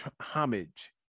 homage